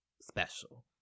special